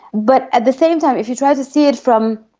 but at the same time, if you try to see it from